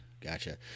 Gotcha